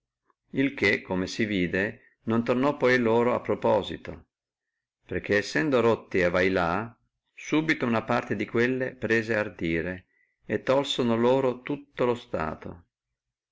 il che come si vide non tornò loro poi a proposito perché sendo rotti a vailà subito una parte di quelle prese ardire e tolsono loro tutto lo stato